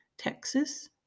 Texas